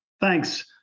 Thanks